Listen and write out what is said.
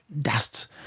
Dust